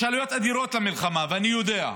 יש עלויות אדירות למלחמה, אני יודע,